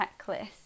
checklist